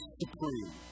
supreme